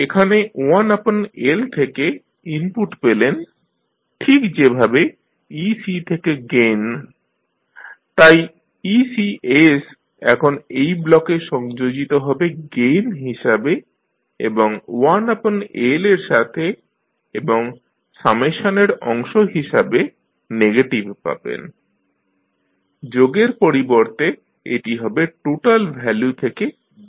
এখানে 1L থেকে input পেলেন ঠিক যেভাবে ec থেকে গেইন তাই Ec এখন এই ব্লকে সংযোজিত হবে গেইন হিসাবে 1L এর সাথে এবং সামেশানের অংশ হিসাবে নেগেটিভ পাবেন যোগের পরিবর্তে এটি হবে টোটাল ভ্যালু থেকে বিয়োগ